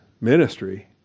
ministry